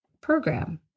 program